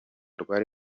rwari